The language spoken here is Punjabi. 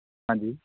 ਹਾਂਜੀ